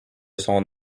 son